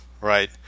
right